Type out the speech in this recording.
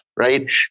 right